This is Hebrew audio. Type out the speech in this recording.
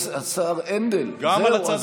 השר הנדל, זהו.